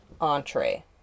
entree